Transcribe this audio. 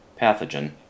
pathogen